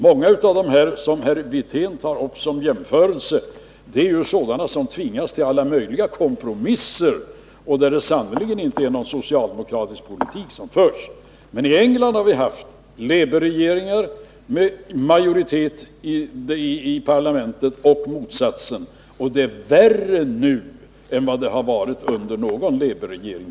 Många av de länder som herr Wirtén tar som jämförelse är sådana där man tvingats till alla möjliga kompromisser med hänsyn till minoritetsläge i parlamentet och där det sannerligen inte är någon socialdemokratisk politik som förs. Men i England har vi haft labourregeringar med majoritet i parlamentet och motsatsen — och det är värre nu än vad det har varit under någon labourregering.